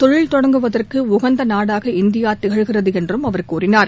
தொழில் தொடங்குவதற்கு உகந்த நாடாக இந்தியா திகழ்கிறது என்றும் அவர் கூறினார்